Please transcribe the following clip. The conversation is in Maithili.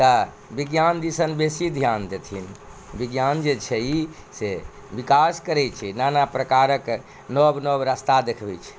विज्ञान दिसन बेसी ध्यान देथिन विज्ञान जे छै ई से विकास करै छै नाना प्रकारक नव नव रास्ता देखबै छै